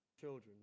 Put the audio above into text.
Children